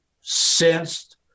sensed